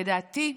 לדעתי,